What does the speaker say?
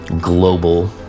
global